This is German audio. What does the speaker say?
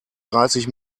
dreißig